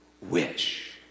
wish